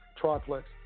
triplex